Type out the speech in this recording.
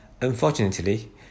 Unfortunately